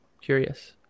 Curious